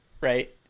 Right